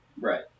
Right